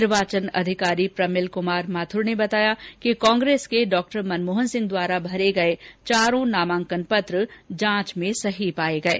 निर्वाचन अधिकारी प्रमिल कुमार माथुर ने बताया कि कांग्रेस के डॉ मनमोहन सिंह द्वारा भरे गये चारों नामांकन पत्र जांच में सही पाये गये